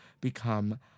become